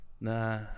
Nah